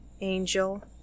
angel